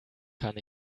kann